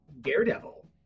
Daredevil